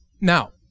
Now